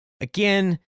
Again